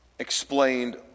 explained